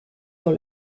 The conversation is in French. dans